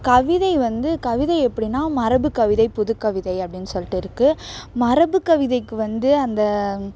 கவிதை வந்து கவிதை எப்படின்னா மரபுக்கவிதை புதுக்கவிதை அப்படின்னு சொல்லிட்டு இருக்குது மரபுக்கவிதைக்கு வந்து அந்த